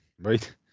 right